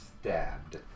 stabbed